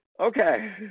okay